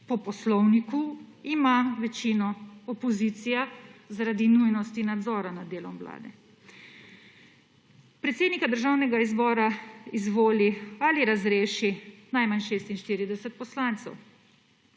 po poslovniku ima večino opozicija zaradi nujnosti nadzora nad delom Vlade. Predsednika Državnega zbora izvoli ali razreši najmanj 46 poslancev.